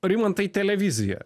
rimantai televizija